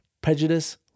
prejudice